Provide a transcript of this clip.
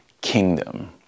kingdom